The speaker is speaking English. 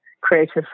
creative